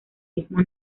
mismo